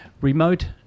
Remote